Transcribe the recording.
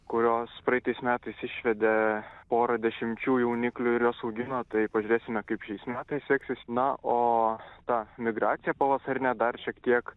kurios praeitais metais išvedė porą dešimčių jauniklių ir juos augino tai pažiūrėsime kaip šiais metais seksis na o ta migracija pavasarinė dar šiek tiek